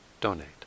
donate